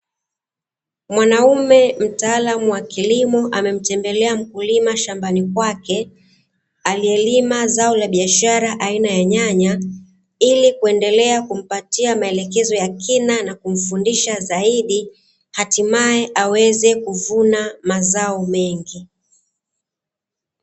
Mwanaume mtaalamu wa kilimo, amemtembelea mkulima shambani kwake, aliyelima zao la biashara aina ya nyanya ili kuendelea kumpatia maelekezo ya kina na kumfundisha zaidi, hatimaye aweze kuvuna mazao mengi.